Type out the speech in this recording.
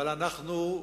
אבל אנחנו,